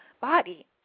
body